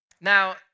Now